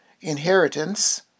inheritance